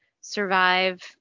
survive